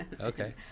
okay